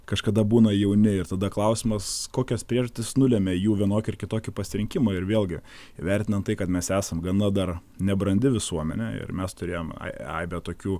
kažkada būna jauni ir tada klausimas kokias priežastis nulemia jų vienokį ar kitokį pasirinkimą ir vėlgi vertinant tai kad mes esam gana dar nebrandi visuomenė ir mes turėjom aibę tokių